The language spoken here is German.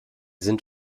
sind